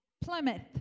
Plymouth